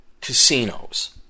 casinos